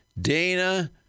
Dana